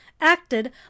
acted